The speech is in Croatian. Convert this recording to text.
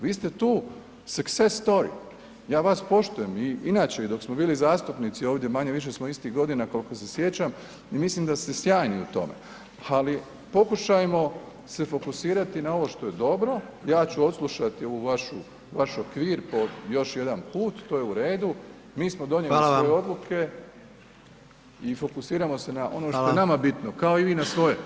Vi ste tu success story, ja vas poštujem i inače dok smo bili zastupnici ovdje, manje-više smo istih godina koliko se sjećam i mislim da ste sjajni u tome ali pokušajmo se fokusirati na ovo što je dobro, ja ću odslušati ovaj vaš okvir po još jedanput, to je u redu, mi smo donijeli svoje odluke i fokusiramo se na ono što je nama bitno, kao i vi na svoje.